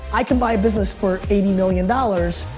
i can buy a business for eighty million dollars,